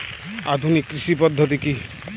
আধুনিক কৃষি পদ্ধতি কী?